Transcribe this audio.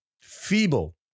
feeble